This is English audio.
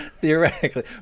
theoretically